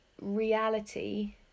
reality